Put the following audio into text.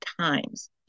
times